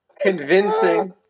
convincing